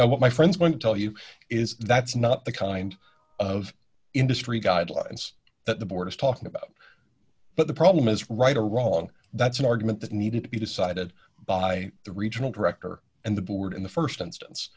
processes what my friends won't tell you is that's not the kind of industry guidelines that the board is talking about but the problem is right or wrong that's an argument that needed to be decided by the regional director and the board in the st instance